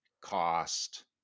cost